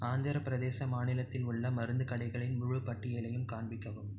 ஆந்திரப் பிரதேச மாநிலத்தில் உள்ள மருந்து கடைகளின் முழுப் பட்டியலையும் காண்பிக்கவும்